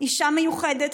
אישה מיוחדת,